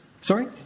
Sorry